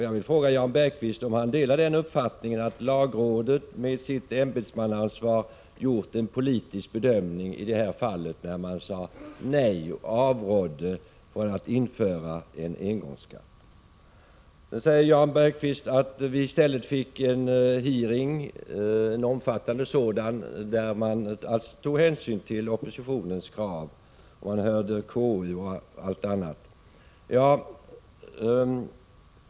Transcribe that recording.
Jag vill fråga Jan Bergqvist om han delar uppfattningen att lagrådet med sitt ämbetsmannaansvar gjort en politisk bedömning i detta fall, när lagrådet avrådde från införandet av en engångsskatt. Jan Bergqvist säger att vi i stället fick en omfattande hearing, där man tog hänsyn till oppositionens krav och bl.a. hörde KU.